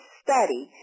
study